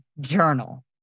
journal